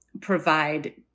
provide